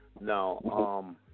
No